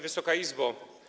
Wysoka Izbo!